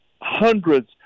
hundreds